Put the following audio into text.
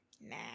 Nah